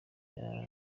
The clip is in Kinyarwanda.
bajya